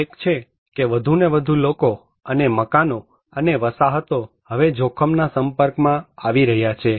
એક છે કે વધુને વધુ લોકો અને મકાનો અને વસાહતો હવે જોખમના સંપર્કમાં આવી રહ્યા છે